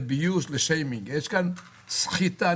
שיימינג יש כאן סחיטה.